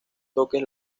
toques